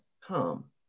come